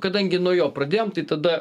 kadangi nuo jo pradėjom tai tada